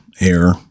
air